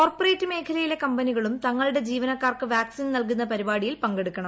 corporate മേഖലയിലെ കമ്പനികളും തങ്ങളുടെ ജീവനക്കാർക്ക് വാക്സിൻ നൽകുന്ന പരിപാടിയിൽ പങ്കെടുക്കണം